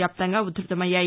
వ్యాప్తంగా ఉధృతమయ్యాయి